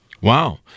Wow